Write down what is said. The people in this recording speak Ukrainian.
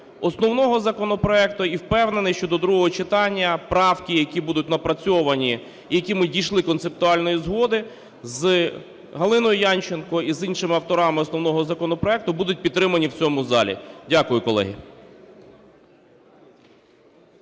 основного законопроекту і впевнений, що до другого читання правки, які будуть напрацьовані і які ми дійшли концептуальної згоди з Глиною Янченко, і з іншими авторами основного законопроекту, будуть підтримані в цьому залі. Дякую, колеги.